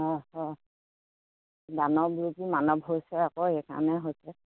অঁ অঁ দানৱৰূপী মানৱ হৈছে আকৌ সেইকাৰণে হৈছে